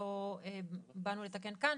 שאותו באנו לתקן כאן,